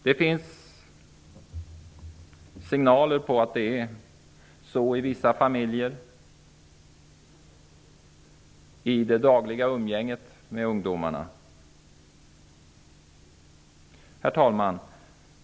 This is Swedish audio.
Det finns signaler om att det är så i vissa familjer i det dagliga umgänget mellan föräldrarna och ungdomarna. Herr talman!